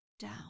down